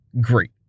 great